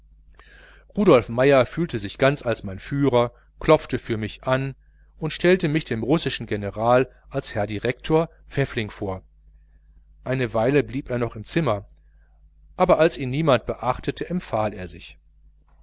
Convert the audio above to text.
rudolf meier fühlte sich ganz als mein führer klopfte für mich an und stellte mich dem russischen general als herrn direktor pfäffling vor eine weile blieb er noch im zimmer als aber niemand von ihm notiz nahm empfahl er sich